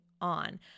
on